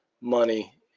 money